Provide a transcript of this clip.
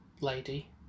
lady